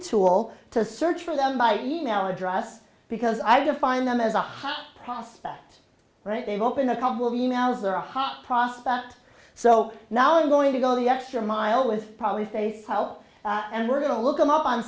to all to search for them by e mail address because i define them as a hot prospect right they've opened a couple of e mails or hot prospect so now i'm going to go the extra mile with probably face help and we're going to look him up on